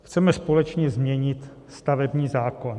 Chceme společně změnit stavební zákon.